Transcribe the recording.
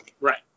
Right